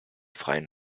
freien